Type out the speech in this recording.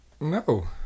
No